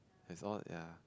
it's all ya